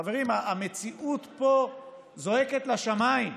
חברים, המציאות פה זועקת לשמיים.